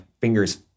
fingers